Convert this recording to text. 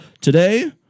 Today